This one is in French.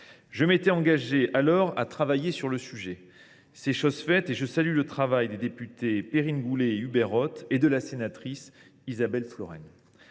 Je m’étais engagé à travailler sur le sujet. C’est chose faite, et je salue le travail des députés Perrine Goulet et Hubert Ott et de la sénatrice Isabelle Florennes.